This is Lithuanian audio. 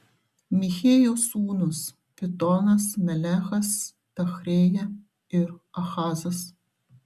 michėjo sūnūs pitonas melechas tachrėja ir ahazas